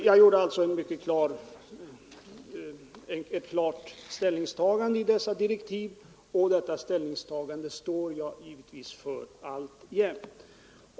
Jag gjorde alltså ett mycket klart ställningstagande i dessa direktiv, och det står jag givetvis för alltjämt.